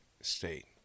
State